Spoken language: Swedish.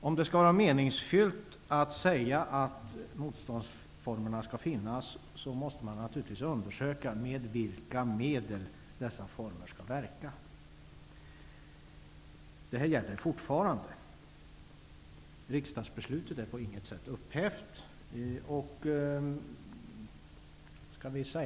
Om det skall vara meningsfullt att säga att motståndsformerna skall finnas måste man naturligtvis undersöka med vilka medel dessa former skall verka. Det här gäller fortfarande. Riksdagsbeslutet är på inget sätt upphävt.